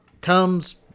comes